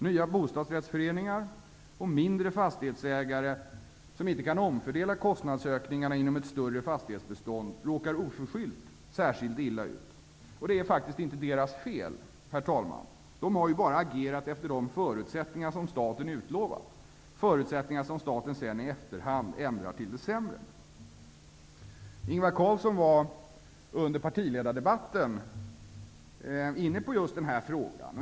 Nya bostadsrättsföreningar och mindre fastighetsägare, som inte kan omfördela kostnadsökningarna inom ett större fastighetsbestånd, råkar oförskyllt särskilt illa ut. Det är faktiskt inte deras fel. De har bara agerat efter de förutsättningar som staten har utlovat, förutsättningar som staten sedan i efterhand ändrar till det sämre. Ingvar Carlsson var under partiledardebatten inne på just den här frågan.